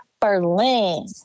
berlin